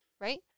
Right